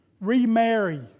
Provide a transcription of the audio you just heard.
Remarry